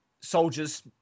soldiers